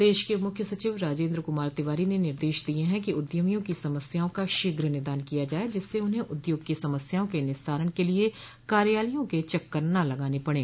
प्रदेश के मुख्य सचिव राजेन्द्र कुमार तिवारी ने निर्देश दिये हैं कि उद्यमियों की समस्याओं का शीघ्र निदान किया जाये जिससे उन्हें उद्योग की समस्याओं के निस्तारण के लिये कार्यालयों के चक्कर न लगाने पड़े